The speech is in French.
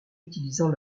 utilisant